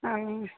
हाँ